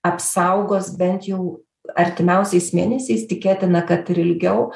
apsaugos bent jau artimiausiais mėnesiais tikėtina kad ir ilgiau